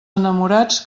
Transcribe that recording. enamorats